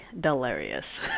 delirious